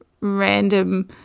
random